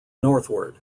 northward